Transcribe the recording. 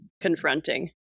confronting